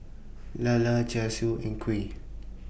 Lala Char Siu and Kuih